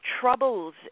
troubles